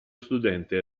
studente